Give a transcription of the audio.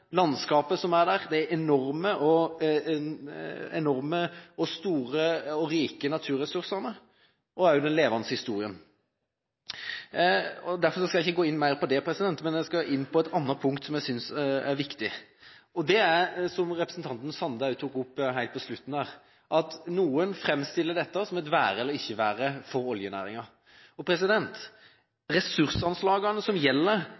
Det verdenskjente landskapet som er der, de enorme, rike naturressursene og den levende historien. Derfor skal jeg ikke gå mer inn på det, men jeg skal nevne et annet punkt som jeg synes er viktig. Det er, som representanten Sande tok opp, at noen framstiller dette som et være eller ikke være for oljenæringen. Ressursanslagene som gjelder for Nordland VI og VII og Troms II, er ca. like store som